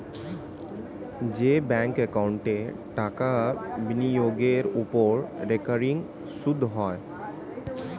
যে ব্যাঙ্ক একাউন্টে টাকা বিনিয়োগের ওপর রেকারিং সুদ হয়